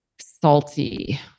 salty